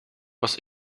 was